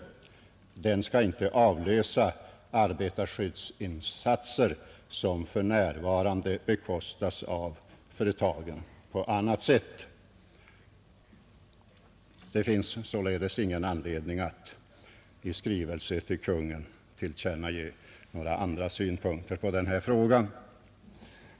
Fonden skall alltså inte avlösa de arbetarskyddsinsatser som för närvarande bekostas av företagarna på annat sätt. Det finns sålunda ingen anledning att i skrivelse till Kungl. Maj:t tillkännage några andra synpunkter på den frågan.